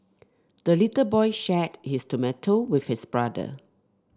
the little boy shared his tomato with his brother